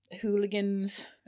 hooligans